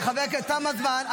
חבר הכנסת, תם הזמן.